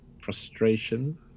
frustration